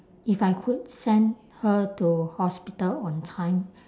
if I could send her to hospital on time